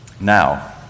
Now